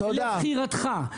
לבחירתך.